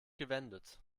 gewendet